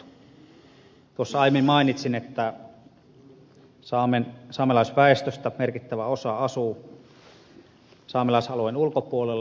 tuossa aiemmin mainitsin että saamelaisväestöstä merkittävä osa asuu saamelaisalueen ulkopuolella